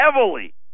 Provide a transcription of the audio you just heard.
heavily